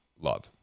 love